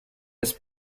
his